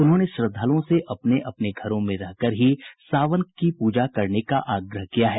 उन्होंने श्रद्धालुओं से अपने अपने घरों में रहकर ही श्रावणी पूजा करने का आग्रह किया है